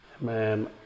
Man